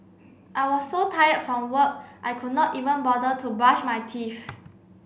I was so tired from work I could not even bother to brush my teeth